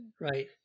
right